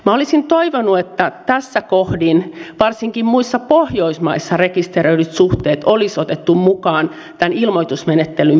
minä olisin toivonut että tässä kohdin varsinkin muissa pohjoismaissa rekisteröidyt suhteet olisi otettu mukaan tämän ilmoitusmenettelyn piiriin